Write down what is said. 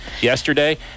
yesterday